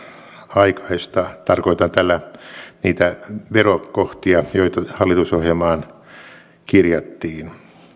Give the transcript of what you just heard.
aikaistaa tarkoitan tällä niitä verokohtia joita hallitusohjelmaan kirjattiin